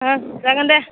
जागोन दे